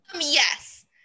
Yes